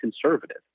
conservative